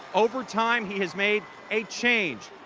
over time, he has made a change.